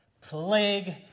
Plague